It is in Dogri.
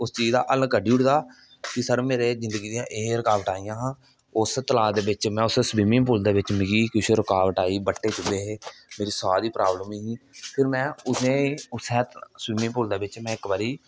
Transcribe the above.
उस चीज दा हल कड्ढी ओड़े दा कि सर मेरे जिंगदी दी एह् रकावटा आइयां ही उस तला दे बिच में उस स्बिमिंग पूल दे बिच मिगी किश रकावट आई मेरी साह् दे प्राबव्लम ही फिर में उसे स्बिमिंग पूल दे बिच में इक बारी